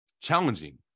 challenging